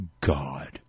God